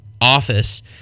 office